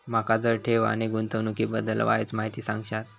माका जरा ठेव आणि गुंतवणूकी बद्दल वायचं माहिती सांगशात?